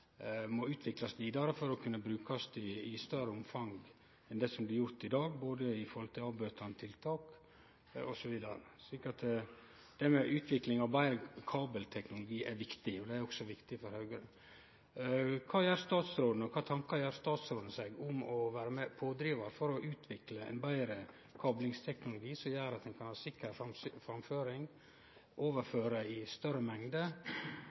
må utviklast vidare for å kunne brukast i større omfang enn det som blir gjort i dag, m.a. i forhold til avbøtande tiltak. Så det med utvikling av betre kabelteknologi er viktig, og det er òg viktig for Høgre. Kva gjer statsråden? Og kva tankar gjer statsråden seg om å vere pådrivar for å utvikle ein betre kablingsteknologi som gjer at ein kan ha sikker framføring og overføre i større mengder,